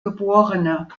geb